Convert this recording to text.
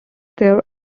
their